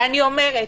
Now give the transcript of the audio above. ואני אומרת,